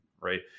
right